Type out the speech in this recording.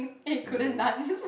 and then